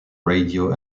radio